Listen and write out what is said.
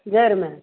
जैड़मे